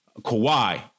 Kawhi